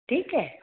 ठीक है